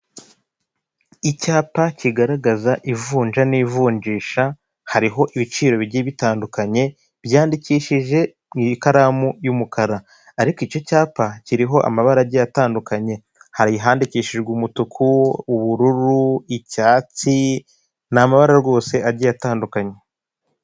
Icyapa kigaragaza ivunja n'ivunjisha hariho ibiciro bigiye bitandukanye byandikishije mu ikaramu y'umukara ariko icyo cyapa kiriho amabarage atandukanye, hari ahandikishijwe umutuku, ubururu, icyatsi ni amabara rwose agiye atandukanye.